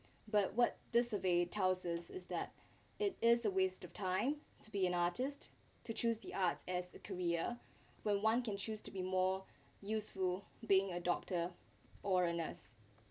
but what the survey tells us is that it is a waste of time to be an artist to choose the arts as career when one can choose to be more useful being a doctor or a nurse